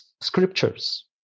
scriptures